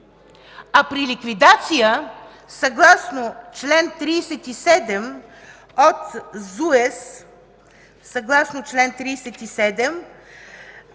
А при ликвидация, съгласно чл. 37 от ЗУЕС...